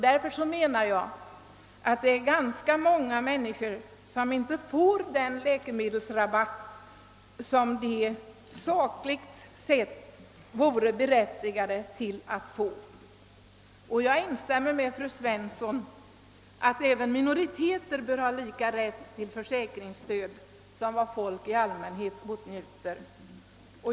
Därför är det ganska många människor som inte får den läkemedelsrabatt som de sakligt sett vore berättigade till. Jag instämmer med fru Svensson, att även minoriteter bör ha samma rätt till försäkringsstöd som folk i allmänhet åtnjuter.